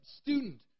student